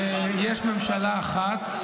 יש ממשלה אחת,